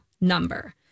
number